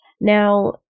Now